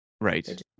Right